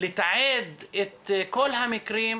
לתעד את כל המקרים,